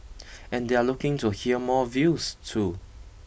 and they're looking to hear more views too